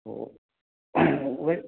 वो वही